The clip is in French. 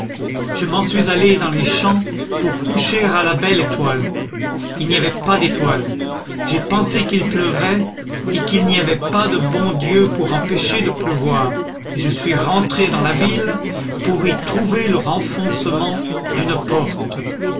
je m'en suis allé dans les champs pour coucher à la belle étoile il n'y avait pas d'étoile j'ai pensé qu'il pleuvrait et qu'il n'y avait pas de bon dieu pour empêcher de pleuvoir et je suis rentré dans la ville pour y trouver le renfoncement d'une porte